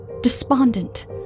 despondent